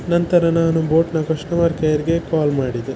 ನಂತರ ನಾನು ಬೋಟ್ನ ಕಸ್ಟಮರ್ ಕೇರ್ಗೆ ಕಾಲ್ ಮಾಡಿದೆ